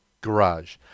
garage